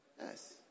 Yes